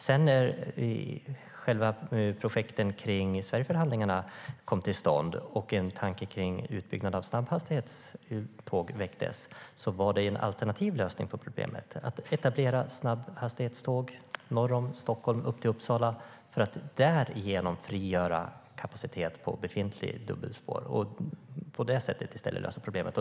När sedan själva projekten kring Sverigeförhandlingarna kom till stånd och en tanke om utbyggnad med snabbhastighetståg väcktes var det fråga om en alternativ lösning på problemet: att etablera snabbhastighetståg norr om Stockholm upp till Uppsala för att därigenom frigöra kapacitet på befintligt dubbelspår och lösa problemet på det sättet i stället.